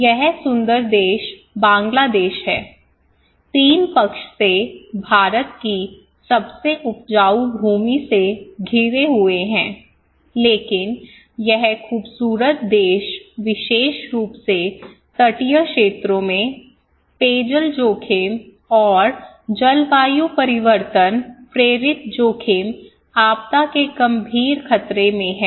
यह सुंदर देश बांग्लादेश है तीन पक्ष से भारत की सबसे उपजाऊ भूमि से घिरे हुए हैं लेकिन यह खूबसूरत देश विशेष रूप से तटीय क्षेत्रों में पेयजल जोखिम और जलवायु परिवर्तन प्रेरित जोखिम आपदा के गंभीर खतरे में हैं